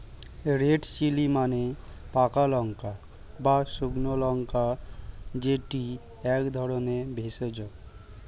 red chilli মানে পাকা লাল বা শুকনো লঙ্কা যেটি এক ধরণের ভেষজ